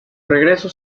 regreso